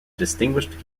distinguished